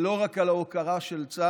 ופה זה הדיוק שלי, ולא רק על ההוקרה של צה"ל,